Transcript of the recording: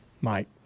Mike